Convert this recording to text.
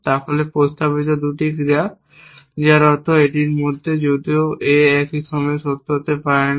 তাহলে প্রস্তাবিত দুটি ক্রিয়া যার অর্থ এটির মধ্যে যদিও A একই সময়ে সত্য হতে পারে না